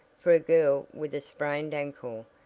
for a girl with a sprained ankle,